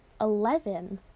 Eleven